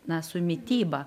na su mityba